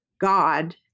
God